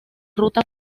ruta